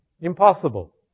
Impossible